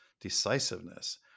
decisiveness